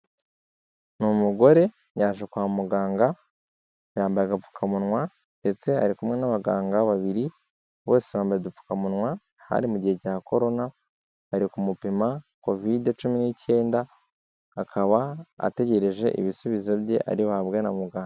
Ni umugore yaje kwa muganga yambaye agapfukamunwa ndetse ari kumwe n'abaganga babiri bose bambaye udupfukamunwa, hari mu gihe cya Coron, bari kumupima Kovide cumi n'icyenda, akaba ategereje ibisubizo bye ari buhabwe na muganga.